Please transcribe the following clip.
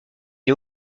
est